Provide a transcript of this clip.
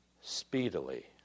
speedily